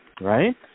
right